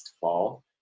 fall